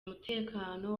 umutekano